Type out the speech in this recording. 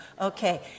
Okay